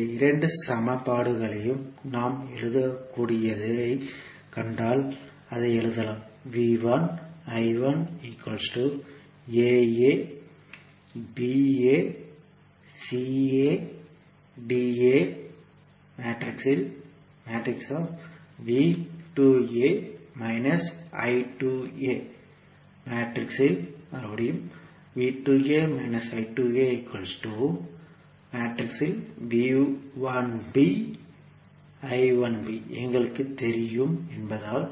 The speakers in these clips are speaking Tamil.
இந்த இரண்டு சமன்பாடுகளையும் நாம் எழுதக்கூடியதைக் கண்டால் அதை எழுதலாம் எங்களுக்குத் தெரியும் என்பதால்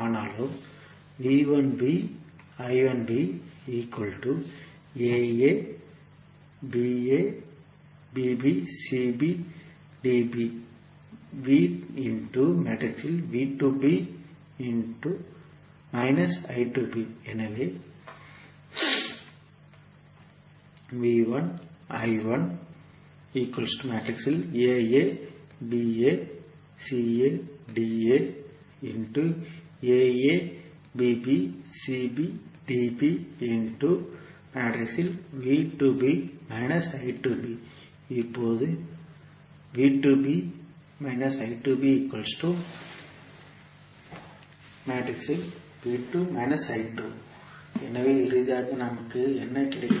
ஆனாலும் எனவே இப்போது எனவே இறுதியாக நமக்கு என்ன கிடைக்கும்